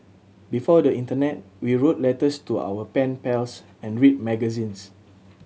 before the internet we wrote letters to our pen pals and read magazines